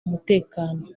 umutekano